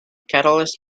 catalyst